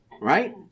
right